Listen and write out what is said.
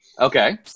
Okay